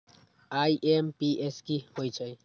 IMPS की होईछइ?